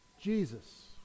jesus